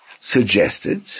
suggested